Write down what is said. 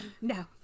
No